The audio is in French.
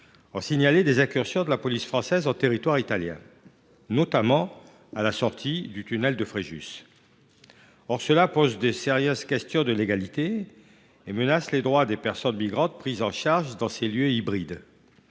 ont signalé des incursions de la police française sur le territoire italien, notamment à la sortie du tunnel de Fréjus. Or cela pose de sérieuses questions de légalité et menace les droits des personnes migrantes prises en charge dans ces lieux hybrides.